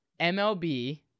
MLB